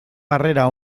harrera